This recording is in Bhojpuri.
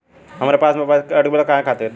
हमरे खाता में से पैसाकट गइल बा काहे खातिर?